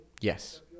Yes